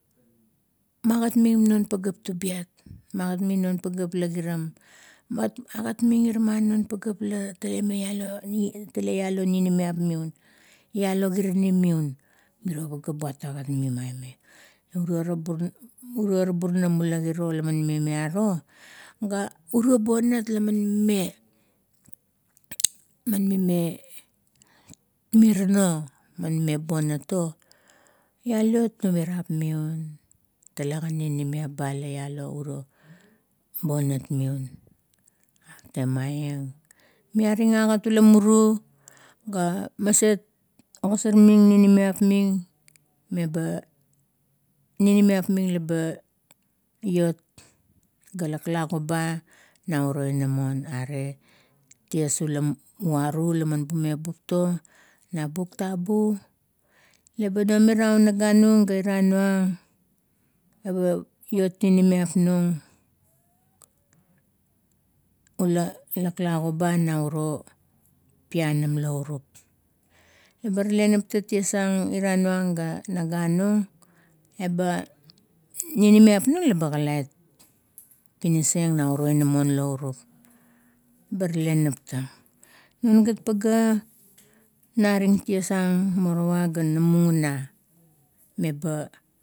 Magat ming non pageap tubiat, magat ming non pageap la giram. Mat, magat non pageap la tale mealo ninimiap mung mealo kirinim mim, miro pageap buat agat ming maime, urior bur, urior burunam, la giro la mime mearo ga urio bonat la mime, la mime mirano mime bonat o, mialot bagarap miun, talet ninimiap ba ialo urio bonat miun. Temaieng, miaring agat ula muru ga maset ogasar ming ninimiap ming meba, ninimiap ming leba lot ga laklagoba nauro inamon, are ties ula waru, bumebup to na buk tabu, laba nomiraun naga nung ga ira nung eba iot ninimiap nung, la laklago ba na uro pianam laurup. Leba rale naptang ties ang ira nung ga naga nung, ninimiap nung kalait pinis ang nauro inamon laurup, ba rale naptang. Non gat pageap non gat pagea naring ties ang morowa ga na mung una, meba.